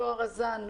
טוהר הזן,